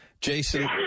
Jason